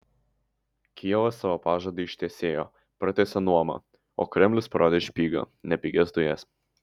kijevas savo pažadą ištesėjo pratęsė nuomą o kremlius parodė špygą ne pigias dujas